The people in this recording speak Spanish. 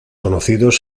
conocidos